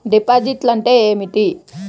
డిపాజిట్లు అంటే ఏమిటి?